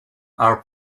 are